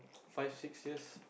five six years